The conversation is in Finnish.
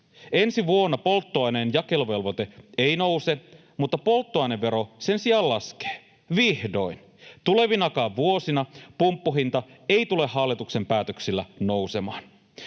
Ensi vuonna polttoaineen jakeluvelvoite ei nouse, mutta polttoainevero sen sijaan laskee — vihdoin. Tulevinakaan vuosina pumppuhinta ei tule hallituksen päätöksillä nousemaan.